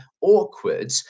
awkward